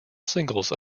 singles